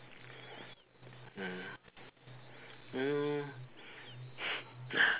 mm mm